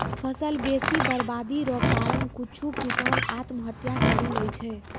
फसल बेसी बरवादी रो कारण कुछु किसान आत्महत्या करि लैय छै